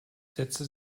setzte